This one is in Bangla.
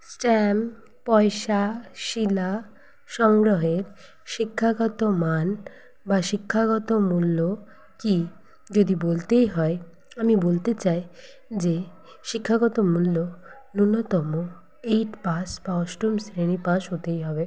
স্ট্যাম্প পয়সা শিলা সংগ্রহের শিক্ষাগত মান বা শিক্ষাগত মূল্য কী যদি বলতেই হয় আমি বলতে চাই যে শিক্ষাগত মূল্য ন্যূনতম এইট পাশ বা অষ্টম শ্রেণী পাস হতেই হবে